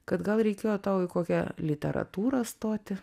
kad gal reikėjo tau į kokią literatūrą stoti